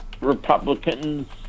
Republicans